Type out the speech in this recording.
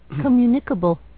communicable